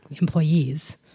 employees